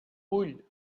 vull